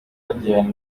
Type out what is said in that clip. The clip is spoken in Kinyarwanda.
bagirana